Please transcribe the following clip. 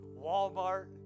Walmart